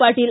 Patil